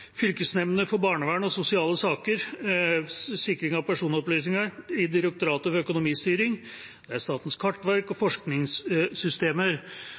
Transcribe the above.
fylkesnemndene for barnevern og sosiale saker og sikring av personopplysninger i Direktoratet for økonomistyring. Statens kartverk og forskningssystemer